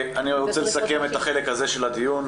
אני רוצה לסכם את החלק הזה של הדיון.